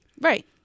Right